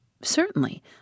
Certainly